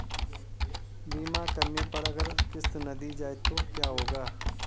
बीमा करने पर अगर किश्त ना दी जाये तो क्या होगा?